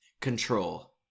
control